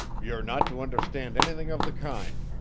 you're not to understand anything of the kind,